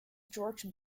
george